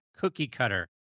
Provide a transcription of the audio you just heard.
cookie-cutter